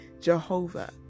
Jehovah